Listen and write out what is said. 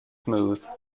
smooth